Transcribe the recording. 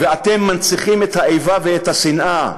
ואתם מנציחים את האיבה ואת השנאה.